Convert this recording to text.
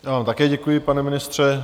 Já vám také děkuji, pane ministře.